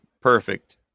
perfect